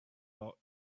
lot